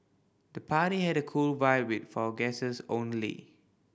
the party had a cool vibe with for guests only